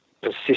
persist